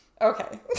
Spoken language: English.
Okay